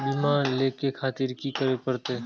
बीमा लेके खातिर की करें परतें?